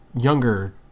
younger